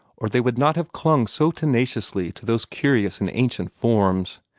or they would not have clung so tenaciously to those curious and ancient forms.